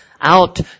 out